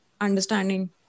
understanding